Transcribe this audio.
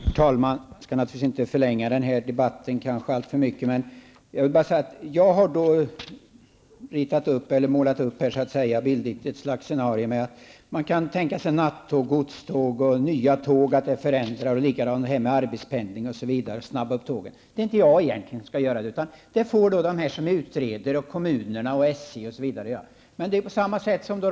Herr talman! Jag skall naturligtvis inte förlänga den här debatten alltför mycket. Jag vill bara säga att jag har målat upp ett slags scenario. Man kan ha nattåg och godståg, skaffa nya tåg, ordna arbetspendling, snabba upp tågen, osv. Det är egentligen inte jag som skall föreslå detta, utan det får utredarna, kommunerna, SJ m.fl. göra.